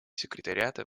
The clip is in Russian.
секретариата